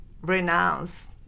renounce